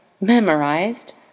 memorized